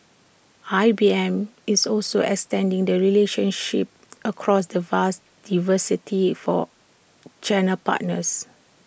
I B M is also extending the relationships across the vast diversity for channel partners